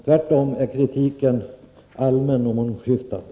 Tvärtom är kritiken allmän och mångskiftande.